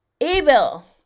Abel